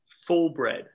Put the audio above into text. Full-bred